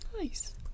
nice